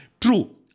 True